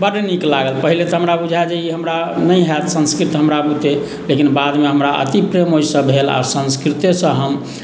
बड्ड नीक लागल पहिने तऽ हमरा बुझाए जे ई हमरा नहि हैत संस्कृत हमरा बुते लेकिन बादमे हमरा अति प्रेम ओहिसँ भेल आओर संस्कृतेसँ हम